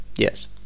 Yes